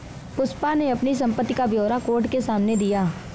पुष्पा ने अपनी संपत्ति का ब्यौरा कोर्ट के सामने दिया